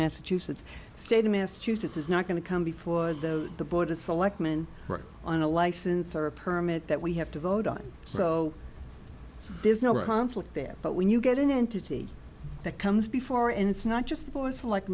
massachusetts state of massachusetts is not going to come before those the board of selectmen right on a license or a permit that we have to vote on so there's no conflict there but when you get an entity that comes before and it's not just boys like